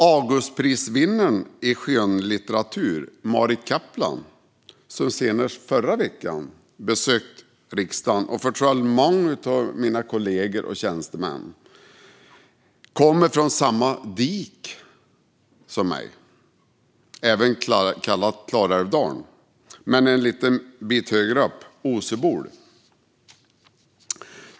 Augustprisvinnaren i skönlitteratur, Marit Kapla, som senast förra veckan besökte riksdagen och förtrollade många av mina kollegor och tjänstemän, kommer från samma dike som jag, även kallat Klarälvdalen, men en liten bit högre upp - Osebol.